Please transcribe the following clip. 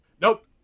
Nope